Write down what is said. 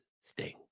Sting